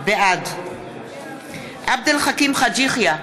בעד עבד אל חכים חאג' יחיא,